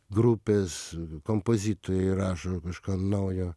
grupės kompozitoriai rašo kažką naujo